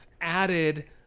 added